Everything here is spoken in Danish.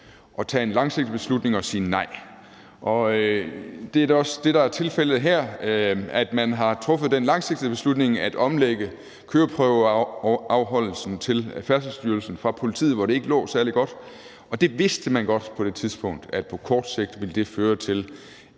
at tage en langsigtet beslutning og sige nej, og det er da også det, der er tilfældet her. Man har truffet den langsigtede beslutning at omlægge køreprøveafholdelsen til Færdselsstyrelsen fra politiet, hvor det ikke lå særlig godt, og man vidste på det tidspunkt godt, at det på kort sigt ville føre til